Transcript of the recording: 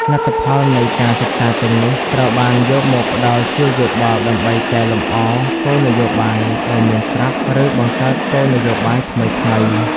លទ្ធផលនៃការសិក្សាទាំងនេះ ត្រូវបានយកមកផ្តល់ជាយោបល់ដើម្បីកែលម្អគោលនយោបាយដែលមានស្រាប់ ឬបង្កើតគោលនយោបាយថ្មីៗ។